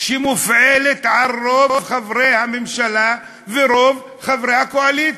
שמופעלת על-ידי רוב חברי הממשלה ורוב חברי הקואליציה.